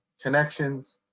connections